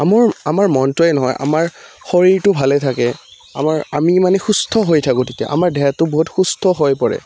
আমাৰ আমাৰ মনটোৱে নহয় আমাৰ শৰীৰটো ভালে থাকে আমাৰ আমি মানে সুস্থ হৈ থাকোঁ তেতিয়া আমাৰ দেহটো বহুত সুস্থ হৈ পৰে